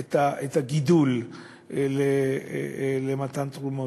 את הגידול במתן תרומות.